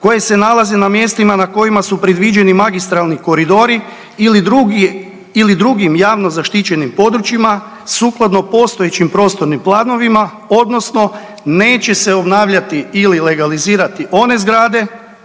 koje se nalaze na mjestima na kojima su predviđeni magistralni koridori ili drugi, ili drugim javno zaštićenim područjima sukladno postojećim prostornim planovima odnosno neće se obnavljati ili legalizirati one zgrade